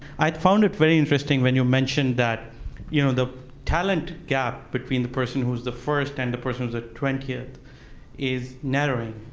i found it very interesting when you mentioned that you know the talent gap between the person who is the first and the person who is at twentieth is narrowing.